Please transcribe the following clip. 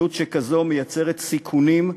מציאות שכזו מייצרת סיכונים,